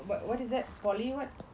what what is that polytechnic what